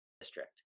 district